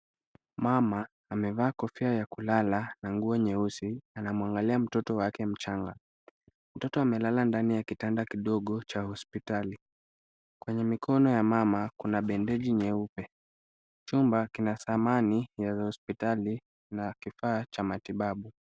Mama amevaa kofia ya kulala na nguo nyeusi anamwangalia mtoto wake mchanga. Mtoto amelala ndani ya kitanda kidogo cha hospitali. Kwenye mikono ya mama kuna bendeji nyeupe. Chumba kina samani ya hospitali na kifaa cha matibabu.